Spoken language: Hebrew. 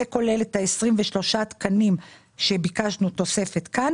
זה כולל את 23 התקנים שביקשנו תוספת כאן